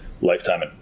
lifetime